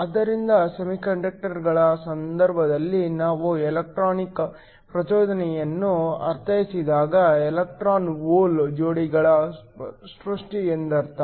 ಆದ್ದರಿಂದ ಸೆಮಿಕಂಡಕ್ಟರ್ಗಳ ಸಂದರ್ಭದಲ್ಲಿ ನಾವು ಎಲೆಕ್ಟ್ರಾನಿಕ್ ಪ್ರಚೋದನೆಯನ್ನು ಅರ್ಥೈಸಿದಾಗ ಎಲೆಕ್ಟ್ರಾನ್ ಹೋಲ್ ಜೋಡಿಗಳ ಸೃಷ್ಟಿ ಎಂದರ್ಥ